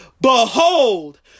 Behold